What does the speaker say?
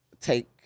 take